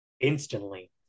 instantly